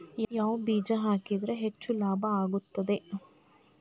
ಯಾವ ಬೇಜ ಹಾಕಿದ್ರ ಹೆಚ್ಚ ಲಾಭ ಆಗುತ್ತದೆ?